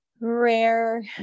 rare